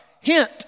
hint